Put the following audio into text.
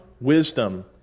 wisdom